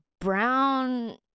Brown